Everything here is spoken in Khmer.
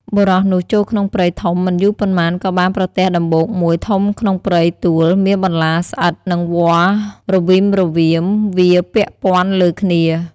បុរសនោះចូលក្នុងព្រៃធំមិនយូរប៉ុន្មានក៏បានប្រទះដំបូកមួយធំក្នុងព្រៃទួល មានបន្លាស្អិតនិងវល្លិ៍រវីមរវាម វារពាក់ព័ន្ធ លើគ្នា។